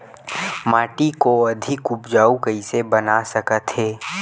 माटी को अधिक उपजाऊ कइसे बना सकत हे?